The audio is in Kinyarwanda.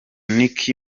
nick